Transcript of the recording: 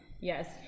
Yes